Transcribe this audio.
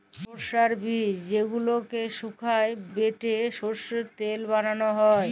সরষার বীজ যেগলাকে সুকাই বাঁটে সরষার তেল বালাল হ্যয়